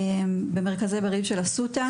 במרכזים של אסותא,